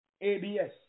ABS